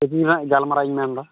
coaching ᱨᱮᱱᱟᱜ ᱜᱟᱞᱢᱟᱨᱟᱣ ᱤᱧ ᱢᱮᱱᱮᱫᱟ